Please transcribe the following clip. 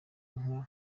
inka